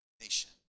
nation